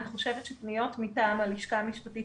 אני חושבת שפניות מטעם הלשכה המשפטית